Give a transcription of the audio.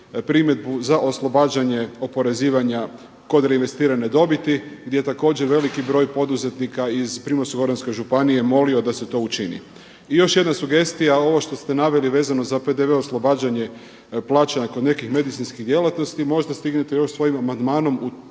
primjedbu za oslobađanje oporezivanja kod reinvestirane dobiti gdje je također veliki broj poduzetnika iz Primorsko-goranske županije molio da se to učini. I još jedna sugestija, ovo što ste naveli vezano za PDV oslobađanje plaća kod nekih medicinskih djelatnosti možda stignete još svojim amandmanom tu